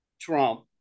Trump